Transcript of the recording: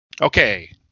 Okay